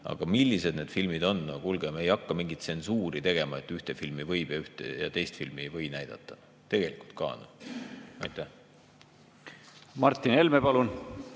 Aga millised need filmid on? No kuulge, me ei hakka mingit tsensuuri tegema, et ühte filmi võib näidata ja teist filmi ei või näidata. Tegelikult ka! Martin Helme, palun!